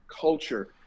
culture